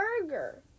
Burger